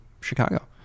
Chicago